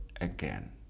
again